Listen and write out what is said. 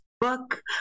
book